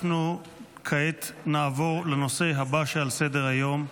אנחנו כעת נעבור לנושא הבא שעל סדר-היום,